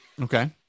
Okay